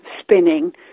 spinning